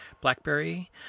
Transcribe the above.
BlackBerry